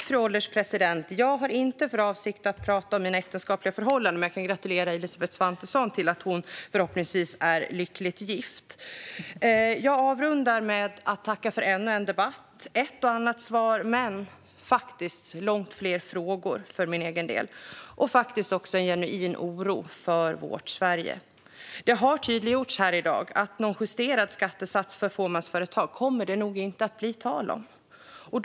Fru ålderspresident! Jag har inte för avsikt att prata om mina äktenskapliga förhållanden, men jag kan gratulera Elisabeth Svantesson till att hon, förhoppningsvis, är lyckligt gift. Jag avrundar med att tacka för ännu en debatt. Det blev ett och annat svar men faktiskt långt fler frågor, för min egen del, och också en genuin oro för vårt Sverige. Det har tydliggjorts här i dag att det nog inte kommer att bli tal om någon justerad skattesats för fåmansföretag.